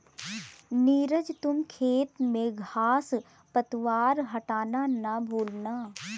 नीरज तुम खेत में घांस पतवार हटाना ना भूलना